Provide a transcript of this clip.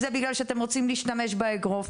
זה בגלל שאתם רוצים להשתמש באגרוף.